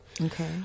okay